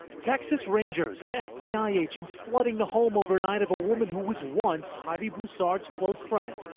texas rangers and fbi agents flooding the home overnight of a woman who was once heidi broussard's close friend.